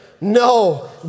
No